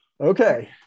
okay